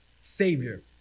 savior